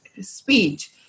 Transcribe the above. speech